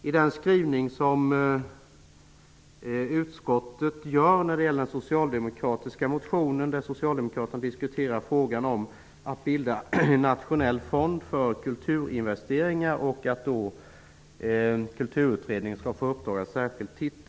I den socialdemokratiska motionen diskuterar socialdemokraterna frågan om att bilda en nationell fond för kulturinvesteringar. De säger att Kulturutredningen bör få i uppdrag att särskilt studera detta.